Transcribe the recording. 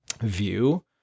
view